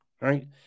right